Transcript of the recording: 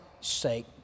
sake